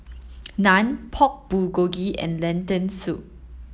Naan Pork Bulgogi and Lentil soup